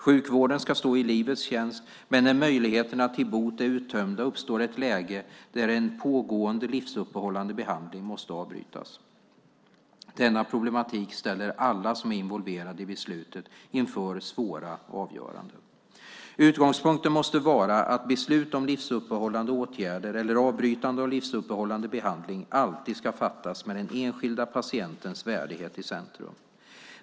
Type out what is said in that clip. Sjukvården ska stå i livets tjänst men när möjligheterna till bot är uttömda uppstår ett läge där en pågående livsuppehållande behandling måste avbrytas. Denna problematik ställer alla som är involverade i beslutet inför svåra avgöranden. Utgångspunkten måste vara att beslut om livsuppehållande åtgärder, eller avbrytande av livsuppehållande behandling, alltid ska fattas med den enskilda patientens värdighet i centrum.